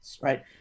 Right